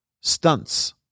stunts